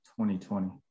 2020